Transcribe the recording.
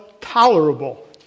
tolerable